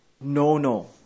no-no